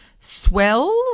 swells